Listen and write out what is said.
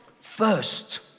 first